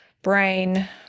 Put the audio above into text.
brain